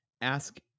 Ask